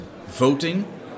voting